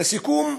לסיכום,